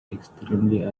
extremely